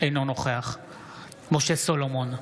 אינו נוכח משה סולומון,